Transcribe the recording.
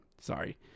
Sorry